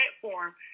platform